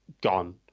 gone